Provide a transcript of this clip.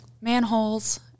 manholes